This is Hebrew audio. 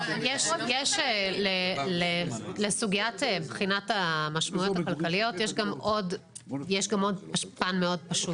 יש לסוגיית בחינת המשמעויות הכלכליות יש גם עוד פן מאוד פשוט.